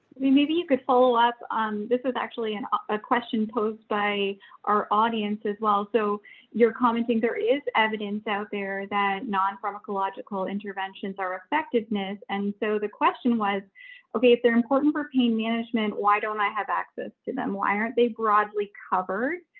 mean, maybe you could follow up, um this was actually and a question posed by our audience as well. so you're commenting, there is evidence out there that non-pharmacological interventions are effectiveness. and so the question was okay, if they're important for pain management, why don't i have access to them? why aren't they broadly covered?